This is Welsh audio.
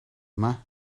yma